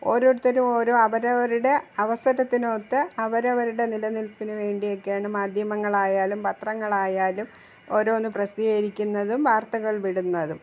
ഓരോരുത്തരും ഓരോ അവരവരുടെ അവസരത്തിനൊത്ത് അവരവരുടെ നിലനിൽപ്പിനു വേണ്ടിയൊക്കെയാണ് മാധ്യമങ്ങളായാലും പത്രങ്ങളായാലും ഓരോന്ന് പ്രസിദ്ധീകരിക്കുന്നതും വാർത്തകൾ വിടുന്നതും